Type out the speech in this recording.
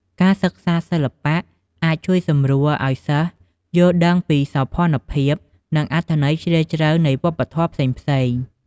ការសិក្សាសិល្បៈអាចជួយសម្រួលឲ្យសិស្សយល់ដឹងពីសោភណភាព និងអត្ថន័យជ្រាលជ្រៅនៃវប្បធម៌ផ្សេងៗ។